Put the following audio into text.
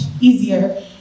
easier